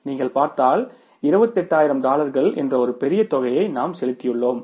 நீங்கள் பார்த்தால் 28000 டாலர்கள் என்று ஒரு பெரிய தொகையை நாம் செலுத்தியுள்ளோம்